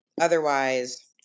Otherwise